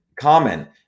Common